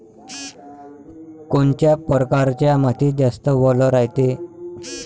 कोनच्या परकारच्या मातीत जास्त वल रायते?